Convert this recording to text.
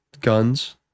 guns